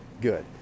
good